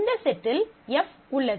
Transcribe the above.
இந்த செட்டில் F உள்ளது